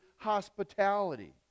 hospitality